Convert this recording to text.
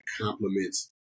complements